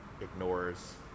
ignores